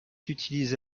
utilisé